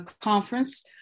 conference